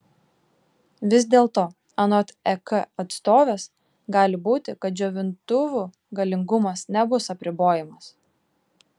vis dėlto anot ek atstovės gali būti kad džiovintuvų galingumas nebus apribojamas